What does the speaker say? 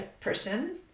person